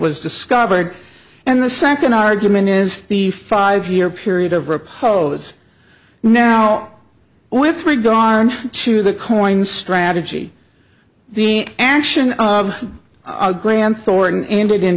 was discovered and the second argument is the five year period of repose now with regard to the coin strategy the action of a grand thorton ended in